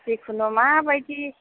जिखुनु माबायदि